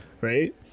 Right